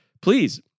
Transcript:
Please